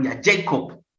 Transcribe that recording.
jacob